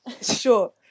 Sure